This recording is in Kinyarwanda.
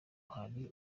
hari